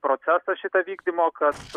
procesą šitą vykdymo kad